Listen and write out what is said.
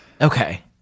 Okay